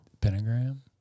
Pentagram